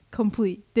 complete